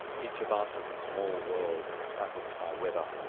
each of us is a small world trafficked by weather,